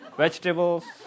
vegetables